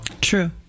True